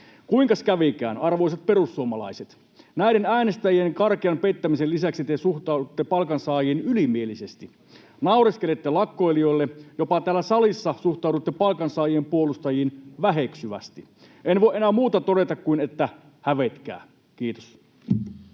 Kuinkas kävikään, arvoisat perussuomalaiset? Näiden äänestäjien karkean pettämisen lisäksi te suhtaudutte palkansaajiin ylimielisesti. Naureskelette lakkoilijoille, jopa täällä salissa suhtaudutte palkansaajien puolustajiin väheksyvästi. En voi enää muuta todeta kuin että hävetkää. — Kiitos.